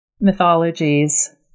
mythologies